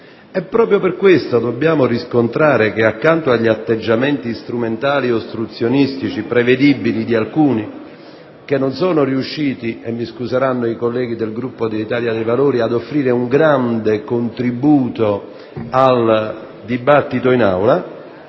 Proprio per questo, dobbiamo riscontrare che, accanto ai prevedibili strumentali atteggiamenti ostruzionistici di alcuni, che non sono riusciti - e mi scuseranno i colleghi del Gruppo dell'Italia dei Valori - ad offrire un grande contributo al dibattito in Aula,